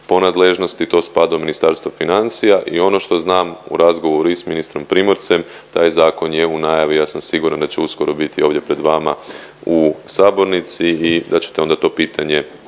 po nadležnosti to spada u Ministarstvo financija i ono što znam u razgovoru i s ministrom Primorcem taj zakon je u najavi i ja sam siguran da će uskoro biti ovdje pred vama u sabornici i da ćete onda to pitanje zapravo